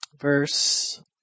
verse